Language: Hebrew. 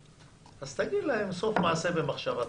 אז תגיד להם: סוף מעשה במחשבה תחילה.